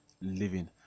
living